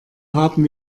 haben